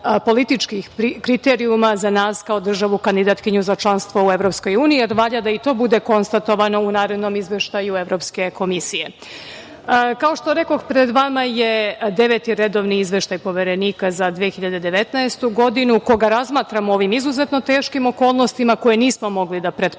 političkih kriterijuma za nas kao državu, kandidatkinju za članstvu u EU, pa valja da i to bude konstatovano u narednom izveštaju Evropske komisije. Kao što rekoh, pred vama je deveti redovni izveštaj Poverenika za 2019. godinu koga razmatramo u ovim izuzetno teškim okolnostima, koje nismo mogli da pretpostavimo,